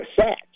set